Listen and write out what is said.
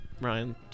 Ryan